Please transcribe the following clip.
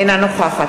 אינה נוכחת